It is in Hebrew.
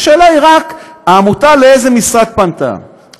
השאלה היא רק לאיזה משרד פנתה העמותה,